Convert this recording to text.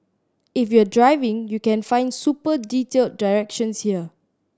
if you're driving you can find super detailed directions here